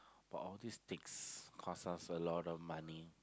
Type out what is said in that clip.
but all these takes costs us a lot of money